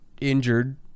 injured